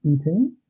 eating